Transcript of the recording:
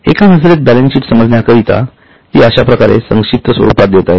एका नजरेत बॅलन्सशीट समजण्याकरिता ती अश्याप्रकारे संक्षिप्त स्वरूपात देता येते